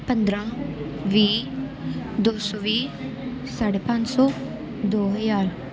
ਪੰਦਰਾਂ ਵੀਹ ਦੋ ਸੌ ਵੀਹ ਸਾਢੇ ਪੰਜ ਸੌ ਦੋ ਹਜ਼ਾਰ